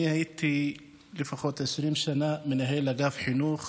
אני הייתי לפחות 20 שנה מנהל אגף חינוך